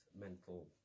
mental